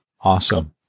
Awesome